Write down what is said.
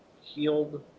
healed